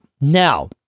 Now